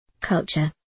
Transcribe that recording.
Culture